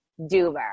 Duber